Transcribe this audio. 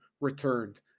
returned